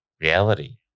reality